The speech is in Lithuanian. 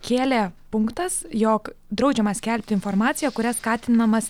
kėlė punktas jog draudžiama skelbti informaciją kuria skatinamas